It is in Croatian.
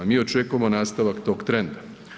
Mi očekujemo nastavak tog trenda.